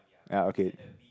yea ok